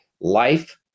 life